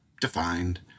defined